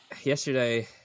yesterday